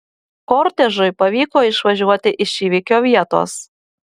kortežui pavyko išvažiuoti iš įvykio vietos